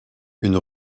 une